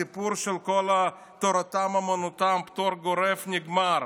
כל הסיפור של תורתם אומנותם, פטור גורף, נגמר.